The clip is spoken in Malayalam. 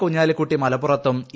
കുഞ്ഞാലി ക്കുട്ടി മലപ്പുറത്തും ഇ